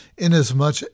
Inasmuch